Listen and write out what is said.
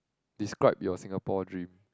describe your Singapore dream